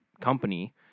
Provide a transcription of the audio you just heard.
company